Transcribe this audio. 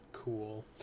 cool